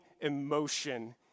emotion